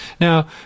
Now